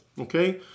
okay